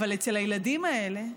אבל אצל הילדים האלה,